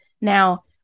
Now